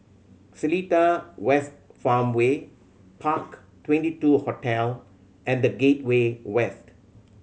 Seletar West Farmway Park Twenty two Hotel and The Gateway West